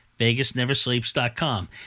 VegasNeverSleeps.com